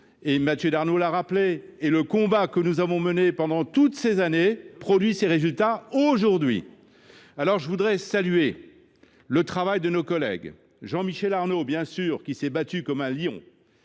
Mathieu Darnaud l’a rappelé, et le combat que nous avons mené pendant toutes ces années produit enfin ses résultats, aujourd’hui. Je veux saluer le travail de nos collègues Jean Michel Arnaud, qui s’est battu comme un lion,